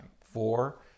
Four